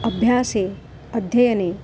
अभ्यासे अध्ययने